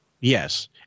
Yes